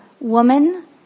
Woman